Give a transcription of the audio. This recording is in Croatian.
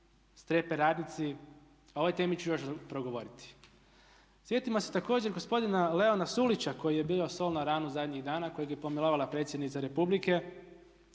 strepe radnici. O ovoj temi ću još progovoriti. Sjetimo se također gospodina Leona Sulića koji je bio sol na ranu zadnjih dana kojeg je pomilovala predsjednica Republike.